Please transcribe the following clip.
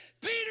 Peter